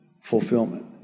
fulfillment